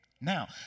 Now